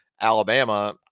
Alabama